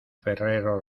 ferrero